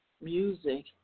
music